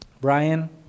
Brian